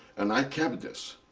and i kept this.